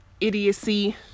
idiocy